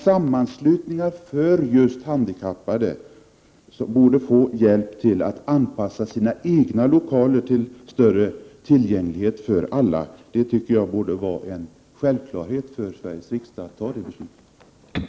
Sammanslutningar för just handikappade borde få hjälp till att anpassa sina lokaler för att bereda större tillgänglighet för alla, och jag tycker att det borde vara självklart för Sveriges riksdag att fatta ett beslut om detta.